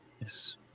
Yes